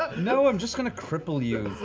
ah you know i'm just going to cripple you.